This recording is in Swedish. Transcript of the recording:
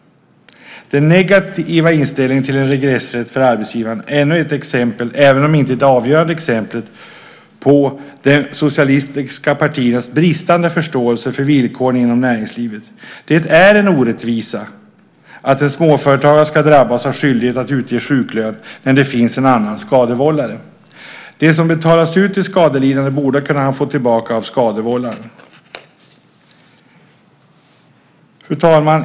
Den negativa inställningen till en regressrätt för arbetsgivaren är ännu ett exempel, även om det inte är det avgörande exemplet, på de socialistiska partiernas bristande förståelse för villkoren inom näringslivet. Det är en orättvisa att en småföretagare ska drabbas av skyldighet att utge sjuklön när det finns en annan skadevållare. Det som betalas ut till skadelidande borde han kunna få tillbaka av skadevållaren. Fru talman!